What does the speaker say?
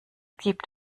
gibt